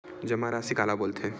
जमा राशि काला बोलथे?